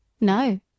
no